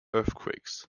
earthquakes